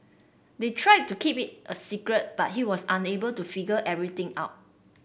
they tried to keep it a secret but he was able to figure everything out